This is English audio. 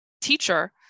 teacher